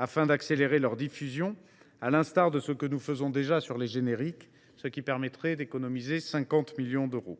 afin d’accélérer leur diffusion, à l’instar de ce que nous faisons déjà pour les génériques, ce qui permettrait d’économiser 50 millions d’euros.